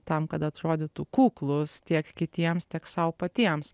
tam kad atrodytų kuklūs tiek kitiems tiek sau patiems